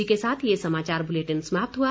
इसी के साथ ये समाचार बुलेटिन समाप्त हुआ